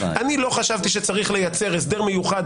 אני לא חשבתי שצריך לייצר הסדר מיוחד